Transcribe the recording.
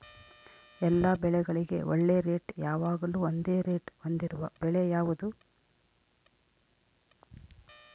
ಎಲ್ಲ ಬೆಳೆಗಳಿಗೆ ಒಳ್ಳೆ ರೇಟ್ ಯಾವಾಗ್ಲೂ ಒಂದೇ ರೇಟ್ ಹೊಂದಿರುವ ಬೆಳೆ ಯಾವುದು?